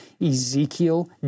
Ezekiel